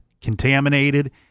contaminated